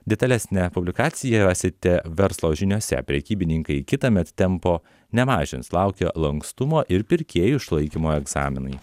detalesnę publikaciją rasite verslo žiniose prekybininkai kitąmet tempo nemažins laukia lankstumo ir pirkėjų išlaikymo egzaminai